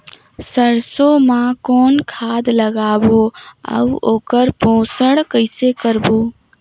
सरसो मा कौन खाद लगाबो अउ ओकर पोषण कइसे करबो?